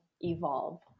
evolve